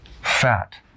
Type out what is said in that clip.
fat